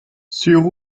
sur